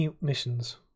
missions